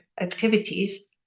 activities